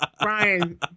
Brian